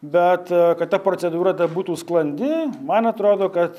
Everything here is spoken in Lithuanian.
bet kad ta procedūra būtų sklandi man atrodo kad